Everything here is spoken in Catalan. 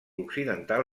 occidental